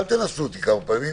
אל תנסו אותי כמה פעמים,